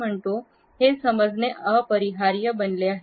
म्हणतो हे समजणे अपरिहार्य बनले आहे